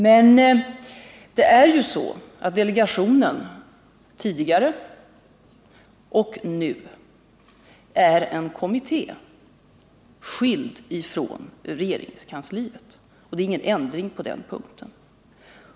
Men delegationen var tidigare och är nu en kommitté skild från regeringskansliet. Det är ingen ändring på den punkten.